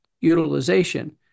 utilization